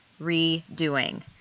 redoing